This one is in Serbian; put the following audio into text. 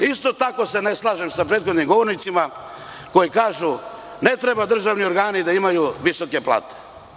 Isto tako se ne slažem sa prethodnim govornicima koji kažu, ne treba državni organi da imaju visoke plate.